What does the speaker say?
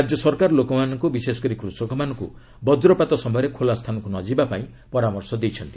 ରାଜ୍ୟ ସରକାର ଲୋକମାନଙ୍କୁ ବିଶେଷକରି କୃଷକମାନଙ୍କୁ ବଜ୍ରପାତ ସମୟରେ ଖୋଲା ସ୍ଥାନକୁ ନ ଯିବାପାଇଁ ପରାମର୍ଶ ଦେଇଛନ୍ତି